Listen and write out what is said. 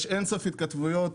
יש אין-ספור התכתבויות.